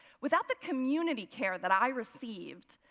without the community care that i received,